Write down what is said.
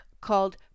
called